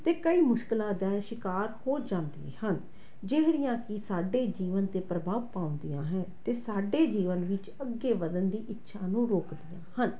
ਅਤੇ ਕਈ ਮੁਸ਼ਕਿਲਾਂ ਦਾ ਸ਼ਿਕਾਰ ਹੋ ਜਾਂਦੇ ਹਨ ਜਿਹੜੀਆਂ ਕਿ ਸਾਡੇ ਜੀਵਨ 'ਤੇ ਪ੍ਰਭਾਵ ਪਾਉਂਦੀਆਂ ਹੈ ਅਤੇ ਸਾਡੇ ਜੀਵਨ ਵਿੱਚ ਅੱਗੇ ਵਧਣ ਦੀ ਇੱਛਾ ਨੂੰ ਰੋਕਦੀਆਂ ਹਨ